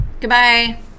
goodbye